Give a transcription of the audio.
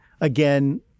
Again